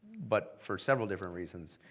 but for several different reasons.